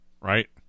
right